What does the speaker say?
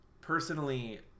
personally